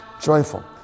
Joyful